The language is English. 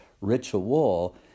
ritual